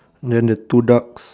then the two ducks